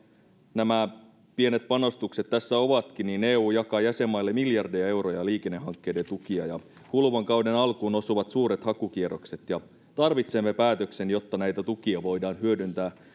nämä pienet panostukset tässä ovatkin niin eu jakaa jäsenmaille miljardeja euroja liikennehankkeiden tukia ja kuluvan kauden alkuun osuvat suuret hakukierrokset tarvitsemme päätöksen jotta näitä tukia voidaan hyödyntää